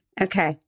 Okay